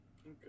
Okay